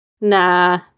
Nah